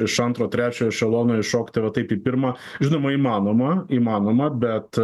iš antro trečio ešelono iššokt ir va taip į pirmą žinoma įmanoma įmanoma bet